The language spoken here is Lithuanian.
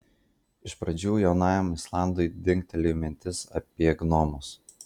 iš pradžių jaunajam islandui dingtelėjo mintis apie gnomus